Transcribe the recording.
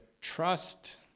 trust